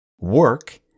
Work